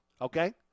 Okay